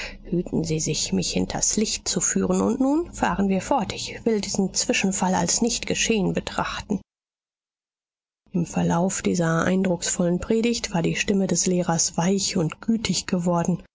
hüten sie sich mich hinters licht zu führen und nun fahren wir fort ich will diesen zwischenfall als nicht geschehen betrachten im verlauf dieser eindrucksvollen predigt war die stimme des lehrers weich und gütig geworden